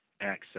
access